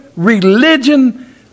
religion